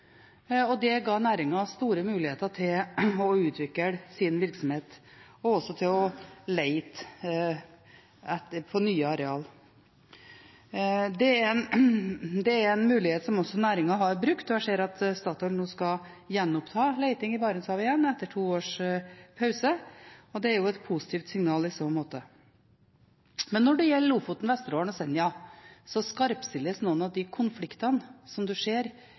og det ga næringen store muligheter til å utvikle sin virksomhet og også til å lete på nye areal. Det er en mulighet som næringen har brukt, og jeg ser at Statoil nå skal gjenoppta leting i Barentshavet etter to års pause, og det er jo et positivt signal i så måte. Når det gjelder Lofoten, Vesterålen og Senja, skarpstilles noen av de konfliktene som man ser